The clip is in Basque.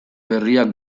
berriak